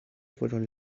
fueron